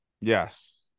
Yes